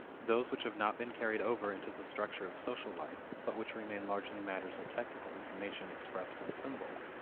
those which have not been carried over into the structure of social life, but which remain largely matters of technical information expressed in symbols,